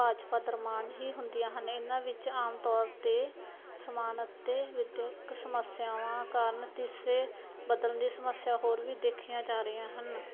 ਭਾਜਪਾ ਦਰਮਿਆਨ ਹੀ ਹੁੰਦੀਆਂ ਹਨ ਇਹਨਾਂ ਵਿੱਚ ਆਮ ਤੌਰ ਤੇ ਸਮਾਨ ਅਤੇ ਵਿੱਦਿਅਕ ਸਮੱਸਿਆਵਾਂ ਕਾਰਨ ਤੀਸਰੇ ਬਦਲ ਦੀ ਸਮੱਸਿਆ ਹੋਰ ਵੀ ਦੇਖੀਆਂ ਜਾ ਰਹੀਆਂ ਹਨ